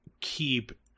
keep